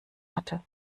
hatte